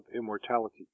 immortality